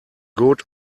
good